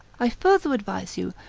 i further advise you,